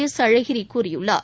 எஸ்அழகிரி கூறியுள்ளார்